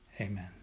amen